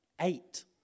eight